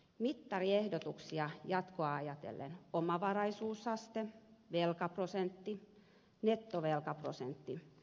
mittariehdotuksia jatkoa ajatellen ovat omavaraisuusaste velkaprosentti nettovelkaprosentti